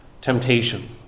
temptation